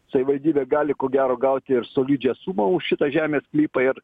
savivaldybė gali ko gero gauti ir solidžią sumą už šitą žemės sklypą ir